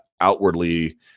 outwardly